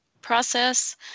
process